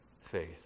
faith